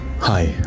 Hi